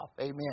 Amen